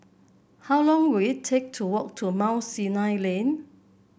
how long will it take to walk to Mount Sinai Lane